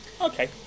okay